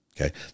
okay